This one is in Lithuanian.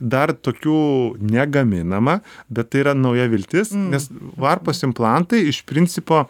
dar tokių negaminama bet tai yra nauja viltis nes varpos implantai iš principo